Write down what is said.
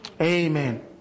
Amen